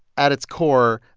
at its core,